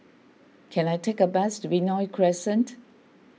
can I take a bus to Benoi Crescent